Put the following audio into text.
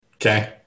Okay